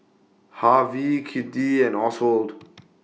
Harvie Kitty and Oswald